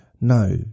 No